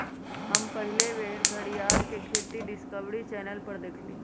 हम पहिल बेर घरीयार के खेती डिस्कवरी चैनल पर देखली